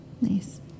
Nice